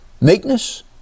meekness